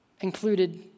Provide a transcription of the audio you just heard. included